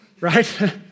right